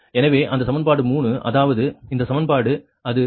எனவே அந்த சமன்பாடு 3 அதாவது இந்த சமன்பாடு அது V2p1 0